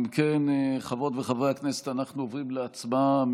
אם כן, חברות וחברי הכנסת, אנחנו עוברים להצבעה.